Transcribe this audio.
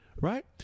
Right